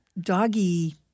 doggy